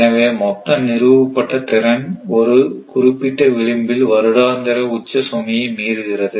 எனவே மொத்த நிறுவப்பட்ட திறன் ஒரு குறிப்பிட்ட விளிம்பில் வருடாந்திர உச்ச சுமையை மீறுகிறது